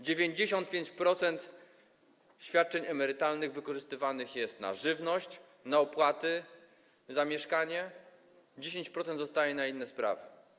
95% świadczeń emerytalnych wykorzystywanych jest na żywność, na opłaty za mieszkanie, 10% zostaje na inne sprawy.